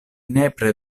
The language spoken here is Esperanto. nepre